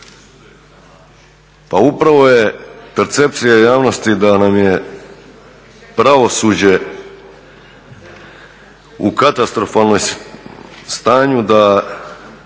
Pa upravo je percepcija javnosti da nam je pravosuđe u katastrofalnom stanju da